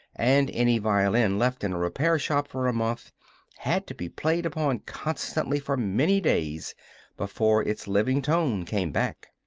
and any violin left in a repair-shop for a month had to be played upon constantly for many days before its living tone came back.